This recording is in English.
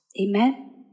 Amen